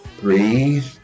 Breathe